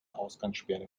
ausgangssperre